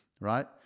right